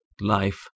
Life